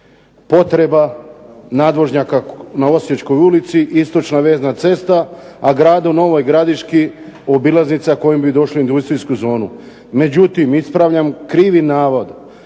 potreban nadvožnjak na Osječkoj ulici, istočna vezna cesta, a gradu Novoj gradiški obilaznica kojom bi došli u industrijsku zonu. Međutim, ispravljam krivi navod,